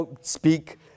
speak